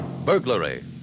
burglary